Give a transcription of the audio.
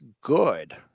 good